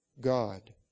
God